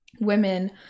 women